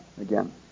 again